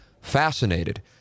fascinated